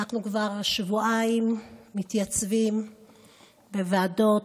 כבר שבועיים אנחנו מתייצבים בוועדות,